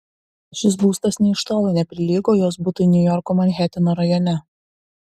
šis būstas nė iš tolo neprilygo jos butui niujorko manheteno rajone